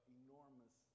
enormous